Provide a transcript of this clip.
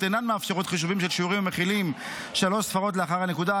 אינן מאפשרות חישובים של שיעורים המכילים שלוש ספרות לאחר הנקודה.